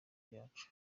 byacu